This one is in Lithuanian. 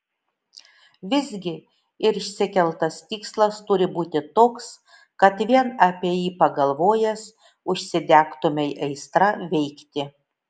visgi ir išsikeltas tikslas turi būti toks kad vien apie jį pagalvojęs užsidegtumei aistra veikti